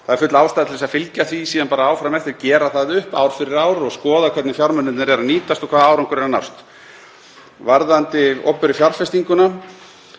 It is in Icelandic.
það er full ástæða til að fylgja því síðan bara áfram eftir, gera það upp ár fyrir ár og skoða hvernig fjármunirnir nýtast og hvaða árangur er að nást. Varðandi opinberu fjárfestinguna